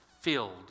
filled